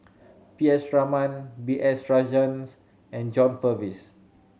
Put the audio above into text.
P S Raman B S Rajhans and John Purvis